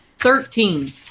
Thirteen